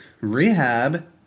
Rehab